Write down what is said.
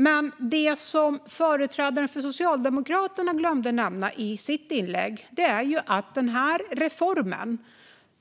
Men det som företrädaren för Socialdemokraterna glömde att nämna i sitt inlägg är att vi i den här reformen,